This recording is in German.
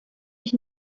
ich